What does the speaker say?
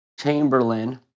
Chamberlain